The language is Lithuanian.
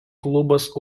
klubas